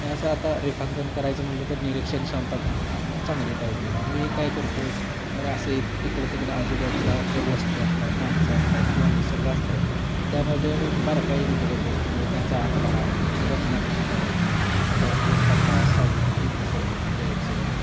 मग असं आता रेखांकन करायचं म्हटलं तर निरीक्षणक्षमता चांगली पाहिजे मग मी काय करतो तर असं इ इकडं तिकडं आजूबाजूला जे वस्तू असतात माणसं असतात किंवा निसर्ग असतं त्यामध्ये मी बारकाईने बघत बसतो म्हणजे त्याचा आकार त्याची रचना कशी करायची मग त्यातला प्रकाश सावल्या हे कसं द्यायचं